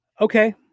Okay